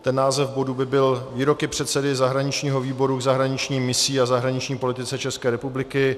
Ten název bodu by byl Výroky předsedy zahraničního výboru v zahraničních misích a v zahraniční politice České republiky.